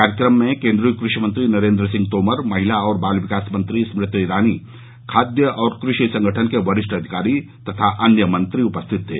कार्यक्रम में केन्द्रीय कृषि मंत्री नरेन्द्र सिंह तोमर महिला और बाल विकास मंत्री स्मृति ईरानी खाद्य और कृषि संगठन के वरिष्ठ अधिकारी तथा अन्य मंत्री उपस्थित थे